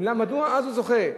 מדוע אז הוא זוכה?